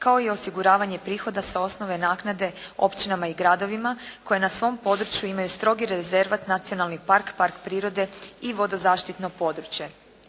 kao i osiguravanje prihoda sa osnove naknade općinama i gradovima koje na svom području imaju strogi rezervat, nacionalni park, park prirode i vodo zaštitno područje.